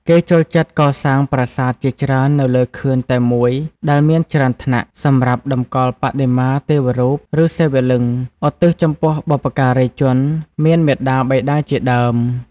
គេចូលចិត្តកសាងប្រាសាទជាច្រើននៅលើខឿនតែមួយដែលមានច្រើនថ្នាក់ សម្រាប់តម្កល់បដិមាទេវរូប ឬ សិវលិង្គ ឧទ្ទិសចំពោះបុព្វការីជន មាន មាតាបិតាជាដើម។